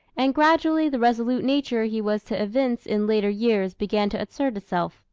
and gradually the resolute nature he was to evince in later years began to assert itself.